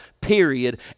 period